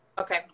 okay